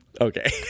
Okay